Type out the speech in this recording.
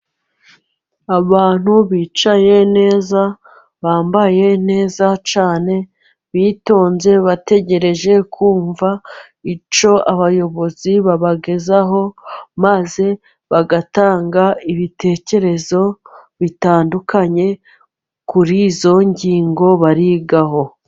Abantu bicaye neza bambaye neza cyane bitonze bategereje kumva icyo abayobozi babagezaho, maze bagatanga ibitekerezo bitandukanye kuri izo ngingo barigaho.